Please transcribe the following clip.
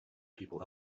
people